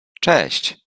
cześć